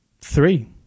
Three